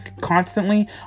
Constantly